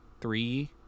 three